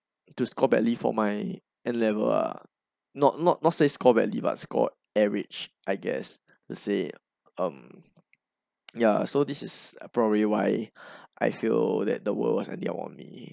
to score badly for my N level ah not not not say score badly but scored average I guess to say um ya so this is probably why I feel that the world was against on me